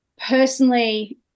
Personally